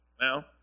now